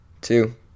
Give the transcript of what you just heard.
two